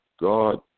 God